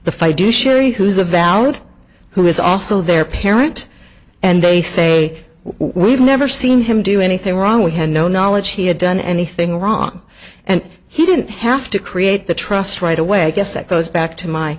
ery who's a valid who is also their parent and they say we've never seen him do anything wrong we had no knowledge he had done anything wrong and he didn't have to create the trust right away i guess that goes back to my